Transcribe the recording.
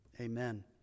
Amen